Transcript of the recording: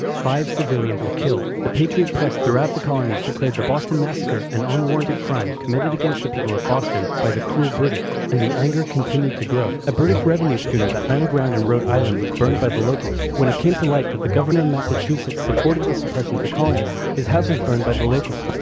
five civilians were killed. the patriot pressed throughout the colonies declared the boston massacre an unwarranted crime committed against the people of boston, by the cruel british. and the anger continued to grow. a british revenue schooner that ran aground in rhode island is burned by the locals. when it came to light, that the governor of massachusetts supported the suppression of the colonists, his house was burned by the locals.